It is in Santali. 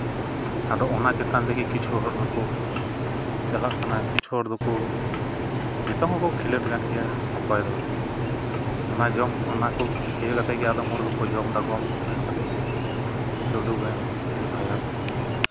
ᱟᱫᱚ ᱚᱱᱟ ᱪᱮᱛᱟᱱ ᱛᱮᱜᱮ ᱠᱤᱪᱷᱩ ᱦᱚᱲ ᱫᱚᱠᱚ ᱪᱟᱞᱟᱜ ᱠᱟᱱᱟ ᱠᱤᱪᱷᱩ ᱦᱚᱲ ᱫᱚᱠᱚ ᱱᱤᱛᱳᱜ ᱦᱚᱸᱠᱚ ᱠᱷᱤᱞᱳᱰ ᱠᱟᱱ ᱜᱮᱭᱟ ᱚᱠᱚᱭ ᱫᱚ ᱚᱱᱟ ᱡᱚᱢ ᱚᱱᱟ ᱠᱚ ᱤᱭᱟᱹ ᱠᱟᱛᱮᱫ ᱜᱮ ᱟᱫᱚᱢ ᱦᱚᱲ ᱫᱚᱠᱚ ᱡᱚᱢ ᱫᱟᱠᱚ ᱠᱷᱮᱸᱞᱳᱰ ᱠᱟᱛᱮᱫ ᱜᱮ ᱞᱩᱰᱩ ᱜᱮᱢ ᱯᱷᱨᱤ ᱯᱷᱟᱭᱟᱨ